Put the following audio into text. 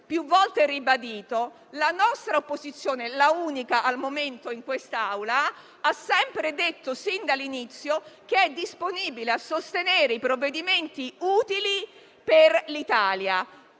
più volte ribadito, infatti, la nostra opposizione, l'unica al momento in quest'Aula, ha confermato, sin dall'inizio, che è disponibile a sostenere i provvedimenti utili per l'Italia.